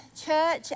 church